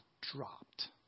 dropped